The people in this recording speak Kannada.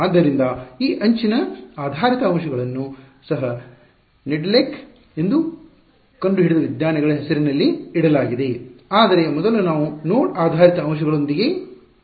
ಆದ್ದರಿಂದ ಈ ಅಂಚಿನ ಆಧಾರಿತ ಅಂಶಗಳನ್ನು ಸಹ ನೆಡೆಲೆಕ್ ಎಂದು ಕಂಡುಹಿಡಿದ ವಿಜ್ಞಾನಿಗಳ ಹೆಸರಿನಲ್ಲಿ ಇಡಲಾಗಿದೆ ಆದರೆ ಮೊದಲು ನಾವು ನೋಡ್ ಆಧಾರಿತ ಅಂಶಗಳೊಂದಿಗೆ ಪ್ರಾರಂಭಿಸುತ್ತೇವೆ